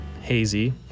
hazy